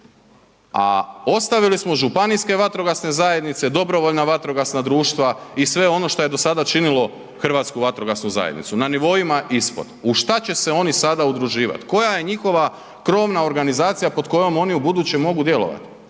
a ostavili smo županijske vatrogasne zajednice, DVD-a i sve ono što je do sada činilo Hrvatsku vatrogasnu zajednicu, na nivoima ispod, u šta će se oni sada udruživat, koja je njihova krovna organizacija pod kojom oni ubuduće mogu djelovat,